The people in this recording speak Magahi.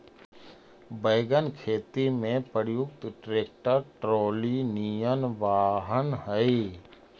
वैगन खेती में प्रयुक्त ट्रैक्टर ट्रॉली निअन वाहन हई